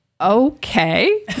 okay